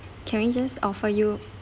can we just offer you